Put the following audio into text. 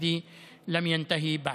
שעוד לא הסתיים.)